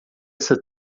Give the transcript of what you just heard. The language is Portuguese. essa